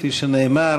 כפי שנאמר,